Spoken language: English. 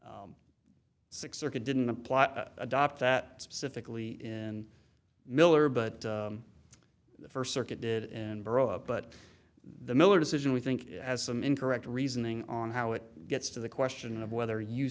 f six circuit didn't apply adopt that specifically in miller but the first circuit did and brought up but the miller decision we think has some incorrect reasoning on how it gets to the question of whether